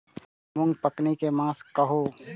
मूँग पकनी के मास कहू?